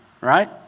right